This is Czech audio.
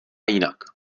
jinak